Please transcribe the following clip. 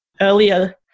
earlier